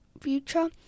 future